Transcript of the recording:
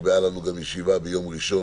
נקבעה לנו גם ישיבה ארוכה ביום ראשון,